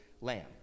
lamb